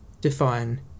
define